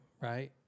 right